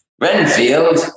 Renfield